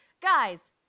guys